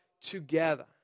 together